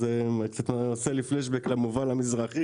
אז זה קצת עושה לי פלשבק למובל המזרחי